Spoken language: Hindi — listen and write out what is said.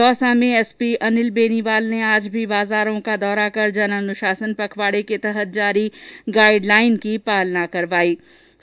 दौसा में एसपी अनिल बेनीवाल ने आज भी बाजारों का दौरा कर जन अनुशासन पखवाड़े के तहत जारी गाइड लाइन की पालना करवायी